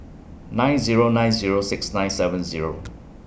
nine Zero nine Zero six nine seven Zero